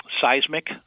seismic